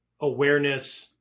awareness